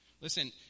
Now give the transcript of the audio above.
listen